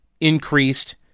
increased